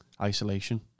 isolation